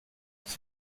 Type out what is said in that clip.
sie